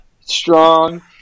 strong